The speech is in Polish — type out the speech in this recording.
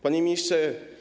Panie Ministrze!